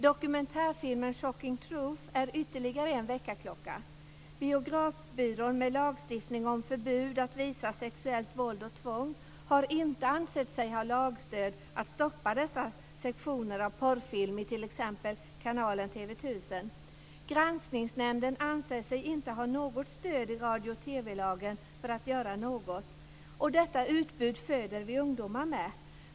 Dokumentärfilmen Shocking truth är ytterligare en väckarklocka. Biografbyrån som utgår från en lagstiftning om förbud mot att visa sexuellt våld och tvång har inte ansett sig ha lagstöd för att stoppa dessa sektioner av porrfilm i t.ex. kanalen TV 1000. Granskningsnämnden anser sig inte ha något stöd i radio och TV-lagen för att göra något. Detta utbud föder vi ungdomar med.